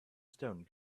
stone